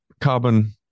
carbon